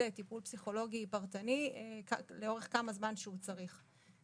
טיפול פסיכולוגי פרטני לאורך כמה זמן שהוא צריך.